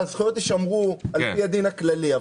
הזכויות ישמרו על פי הדין הכללי,